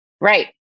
Right